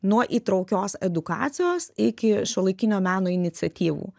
nuo įtraukios edukacijos iki šiuolaikinio meno iniciatyvų